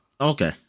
Okay